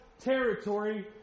territory